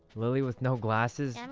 lily with no glasses and